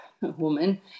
woman